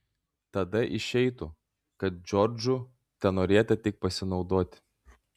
tada išeitų kad džordžu tenorėta tik pasinaudoti